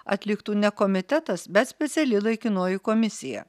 atliktų ne komitetas bet speciali laikinoji komisija